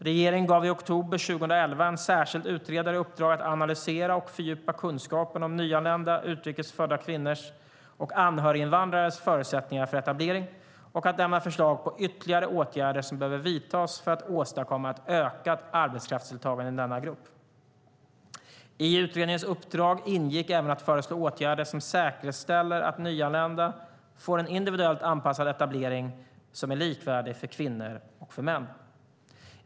Regeringen gav i oktober 2011 en särskild utredare i uppdrag att analysera och fördjupa kunskapen om nyanlända utrikes födda kvinnors och anhöriginvandrares förutsättningar för etablering och att lämna förslag på ytterligare åtgärder som behöver vidtas för att åstadkomma ett ökat arbetskraftsdeltagande i denna grupp. I utredningens uppdrag ingick även att föreslå åtgärder som säkerställer att nyanlända får en individuellt anpassad etablering som är likvärdig för kvinnor och män.